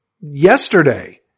yesterday